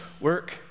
work